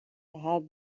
have